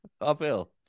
uphill